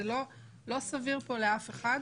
זה לא סביר פה לאף אחד.